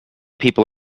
people